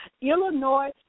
Illinois